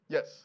Yes